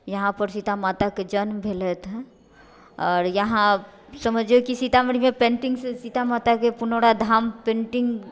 यहाँपर सीता माताके जन्म भेलैथ आओर यहाँ समझियो की सीतामढ़ीमे पेंटिंगसँ सीता माताके पुनौरा धाम पेंटिंग